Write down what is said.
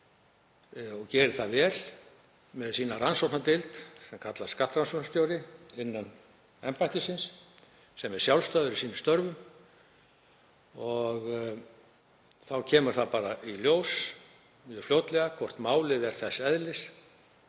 og geri það vel með rannsóknardeild sinni sem kallast skattrannsóknarstjóri innan embættisins og er sjálfstæður í störfum sínum. Þá kemur bara í ljós mjög fljótlega hvort málið er þess eðlis